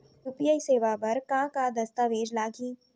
UPI सेवा बर का का दस्तावेज लागही?